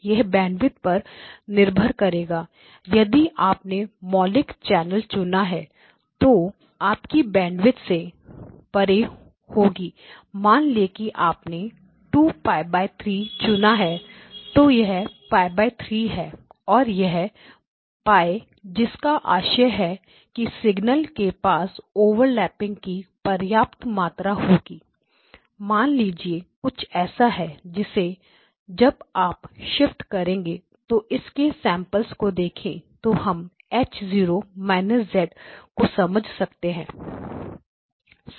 यह बैंडविथ पर निर्भर करेगा यदि आपने मौलिक चैनल चुना है तो आपकी बैंडविथ π से परे होगी मान ले कि आपने 2 π 3 चुना है तो यह π 3 है और यह π जिसका आशय है कि सिग्नल के पास ओवरलैपिंग की पर्याप्त मात्रा होगी मान लीजिए कुछ ऐसा है इसे जब आप शिफ्ट करेंगे तो इसके सैंपल को देखें तो हम H 0 − z को समझ सकते हैं